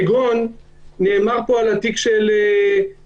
כגון נאמר פה על התיק של אל-חאלק